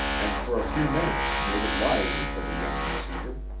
and for a few minutes made it lively for the young messenger.